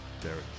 Derek